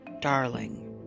Darling